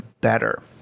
better